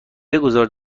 بگذار